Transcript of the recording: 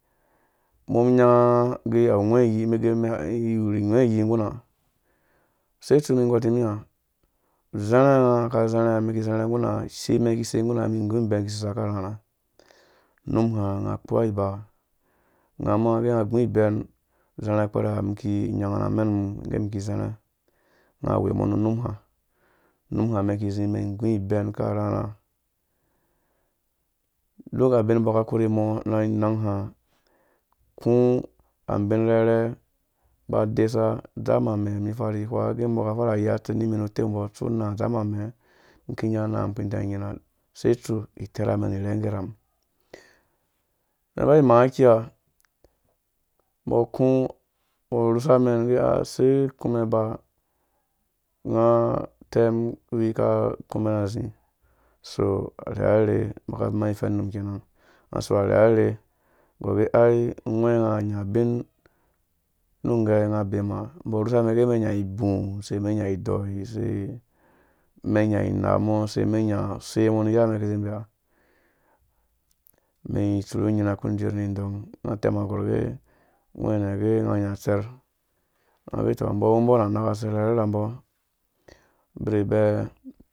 Mbo nya gɛ awu ngwɛ uyi gwɛ yi nguna nga use tsu mi gɔtimiha? Zerha ngu nga isei mɛ ki sei ngguna nga mum gu ibɛn isei men mɛ ki sei nguna nga nu num ha nga kpowa ibiba nga ma agɛ nga gu ibɛn zerha kpɛrɛ ha miki nyanga na amɛn mum nge mi ki zerhe nga we mɔ nu nuniha num ha mɛn kizi mɛn gu ibɛn akarharha duka bin mbɔ ka korhe mɔ nga ha ku abin karhe ba desa dzam amɛ mi farhi hwa agɛ mbo ka farha yei atsen rhimi nu tepmbɔ, mbɔ tsu na dzam amɛ miki nyha na miki dɛ nyirha setsu? Iterha mɛn irenhe rham mɛ ba imãã akiya mbɔ ku mbo rusa mɛn gɛ ause kũ mɛ̃n ba nga tɛm wuruwi ka kumen azi so arerha rherhe mbo ka ma ifennum kenan nga so arherha arherhe gɔr gɛ ai ngwɛ nga nya bin nu nge nga bemka mbo rusa nga gɛ mɛn nya inaa mɔ use mɛn nya se mɔ ni ya mɛn kizi beya? Mi tsuru unyirha ku njirr ni ndong nga tɛm agorh gɛungwɛ nɛ gɛ nga nya utserh mbɔ gɛ to mbɔ wumbɔ na anakatser rhambo bribɛ